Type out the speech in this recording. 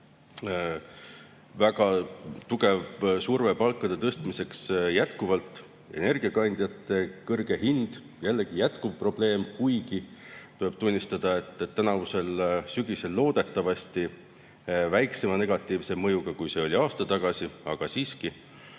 väga tugev surve palkade tõstmiseks, mis jätkub; energiakandjate kõrge hind, jällegi püsiv probleem, kuigi tuleb tunnistada, et tänavusel sügisel on see loodetavasti väiksema negatiivse mõjuga, kui see oli aasta tagasi, aga siiski;